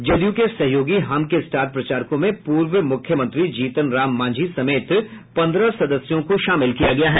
जदयू के सहयोगी हम के स्टार प्रचारकों में पूर्व मुख्यमंत्री जीतनराम मांझी समेत पन्द्रह सदस्यों को शामिल किया गया है